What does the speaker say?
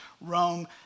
Rome